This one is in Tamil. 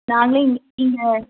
நாங்களே நீங்கள்